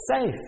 safe